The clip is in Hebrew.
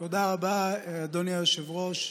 תודה רבה, אדוני היושב-ראש.